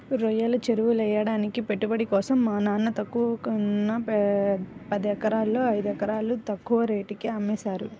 రొయ్యల చెరువులెయ్యడానికి పెట్టుబడి కోసం మా నాన్న తనకున్న పదెకరాల్లో ఐదెకరాలు తక్కువ రేటుకే అమ్మేశారు